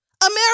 America